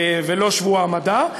לא שבוע המדע,